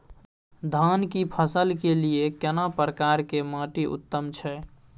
धान की फसल के लिये केना प्रकार के माटी उत्तम छै?